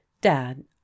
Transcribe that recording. dad